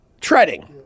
Treading